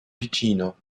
vicino